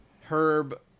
Herb